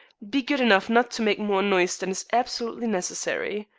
be good enough not to make more noise than is absolutely necessary.